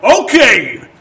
Okay